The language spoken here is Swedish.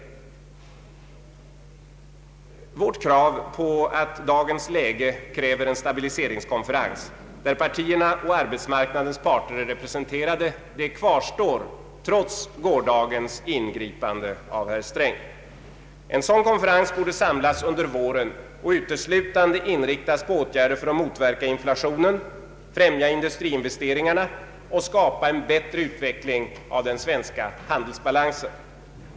Vår uppfattning att dagens läge kräver en stabiliseringskonferens där partierna och arbetsmarknadens parter är representerade kvarstår trots gårdagens ingripande av herr Sträng. En sådan konferens borde samlas under våren och uteslutande inriktas på åtgärder för att motverka inflationen, främja industriinvesteringarna samt skapa en bättre utveckling av den svenska handelsbalansen.